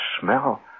smell